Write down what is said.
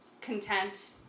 content